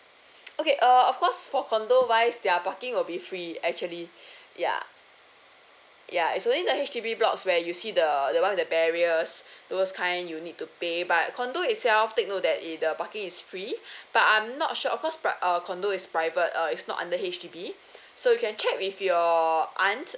okay uh of course for condo wise their parking will be free actually ya ya especially the H_D_B blocks where you see the the one with the barriers those kind you need to pay but condo itself take note that if the parking is free but I'm not sure of course but uh condo is private uh it's not under H_D_B so you can check with your aunt